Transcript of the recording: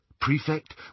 prefect